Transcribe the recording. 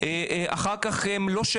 תודה רבה.